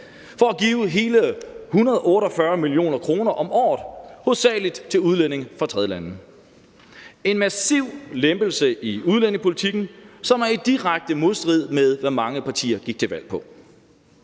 for at give hele 148 mio. kr. om året til hovedsagelig udlændinge fra tredjelande. Det er en massiv lempelse af udlændingepolitikken, som er i direkte modstrid med, hvad mange partier gik til valg på.